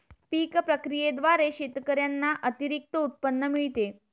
पीक प्रक्रियेद्वारे शेतकऱ्यांना अतिरिक्त उत्पन्न मिळते